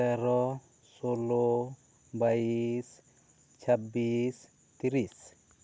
ᱛᱮᱨᱚ ᱥᱚᱞᱚ ᱵᱟᱭᱤᱥ ᱪᱷᱟᱹᱵᱵᱤᱥ ᱛᱤᱨᱤᱥ